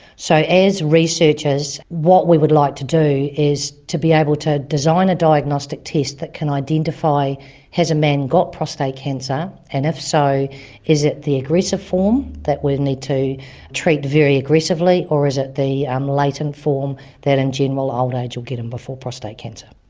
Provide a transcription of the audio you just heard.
so as researchers, what we would like to do is to be able to design a diagnostic test that can identify has a man got prostate cancer, and if so is it the aggressive form that we would need to treat very aggressively, or is it the um latent form that in general old age will get him before prostate cancer.